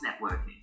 networking